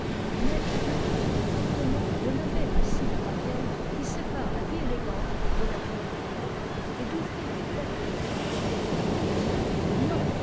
mais j'improuve fortement de lever ainsi la barrière qui sépare la vie élégante de la vie vulgaire et d'ouvrir les portes du temple au peuple entier non